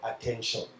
attention